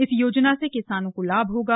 इस योजना से किसानों को लाभ होगा